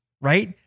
right